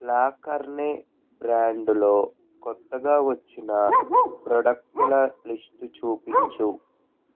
లాకర్నె బ్రాండులో కొత్తగా వచ్చిన ప్రొడక్టుల లిస్టు చూపించు